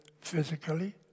physically